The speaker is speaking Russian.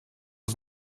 это